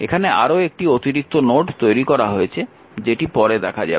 এখানে আরও একটি অতিরিক্ত নোড তৈরি করা হয়েছে যেটি পরে দেখা যাবে